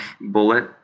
bullet